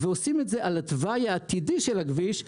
ועושים את זה על התוואי העתידי של הכביש,